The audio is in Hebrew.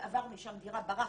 שעבר משם דירה, ברח.